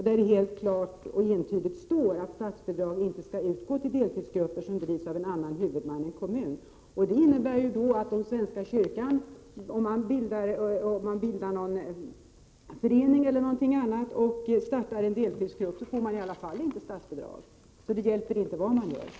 Där står det entydigt att statsbidrag inte skall utgå till deltidsgrupper som bedrivs av annan huvudman än kommun. Om man bildar en förening eller något annat och startar deltidsgrupper får man i alla fall inte statsbidrag. Det hjälper inte vad man än gör!